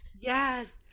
Yes